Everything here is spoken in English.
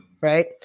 Right